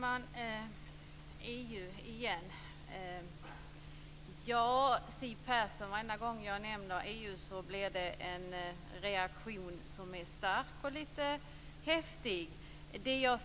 Fru talman! Varenda gång jag nämner EU, Siw Persson, blir det en stark och lite häftig reaktion.